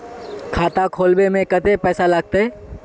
खाता खोलबे में कते पैसा लगते?